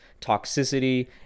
toxicity